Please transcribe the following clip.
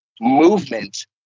movement